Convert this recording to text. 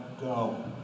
go